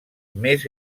més